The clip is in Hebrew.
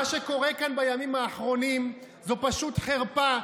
מה שקורה כאן בימים האחרונים זו פשוט חרפה.